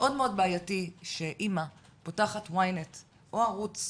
ומאוד בעייתי שאימא פותחת YNET או ערוץ